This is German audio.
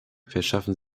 verschaffen